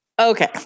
okay